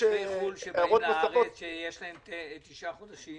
תושבי חו"ל שבאים לארץ שיש להם תשעה חודשים,